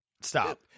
Stop